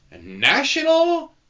National